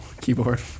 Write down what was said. keyboard